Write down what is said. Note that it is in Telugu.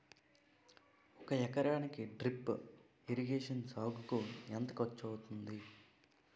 ఒక ఎకరానికి డ్రిప్ ఇరిగేషన్ సాగుకు ఎంత ఖర్చు అవుతుంది?